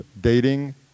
dating